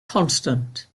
constant